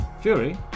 Fury